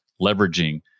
leveraging